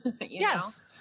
Yes